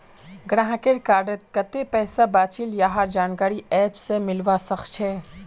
गाहकेर कार्डत कत्ते पैसा बचिल यहार जानकारी ऐप स मिलवा सखछे